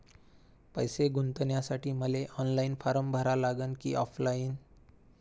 पैसे गुंतन्यासाठी मले ऑनलाईन फारम भरा लागन की ऑफलाईन?